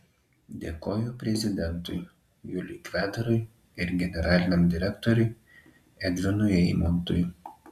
dėkoju prezidentui juliui kvedarui ir generaliniam direktoriui edvinui eimontui